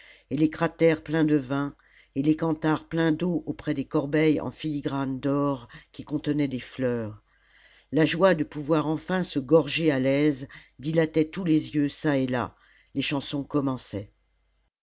et les cratères pleins de vin et les canthares pleins d'eau auprès des corbeilles en filigrane d'or qui contenaient des fleurs la joie de pouvoir enfin se gorger à l'aise dilatait tous les jeux çà et là les chansons